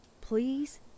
Please